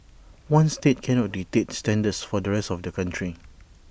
one state cannot dictate standards for the rest of the country